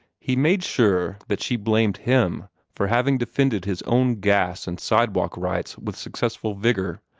he made sure that she blamed him for having defended his own gas and sidewalk rights with successful vigor,